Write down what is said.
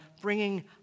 bringing